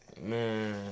man